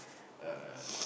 uh